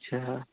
اچھا